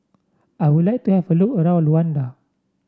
I would like to have a look around Luanda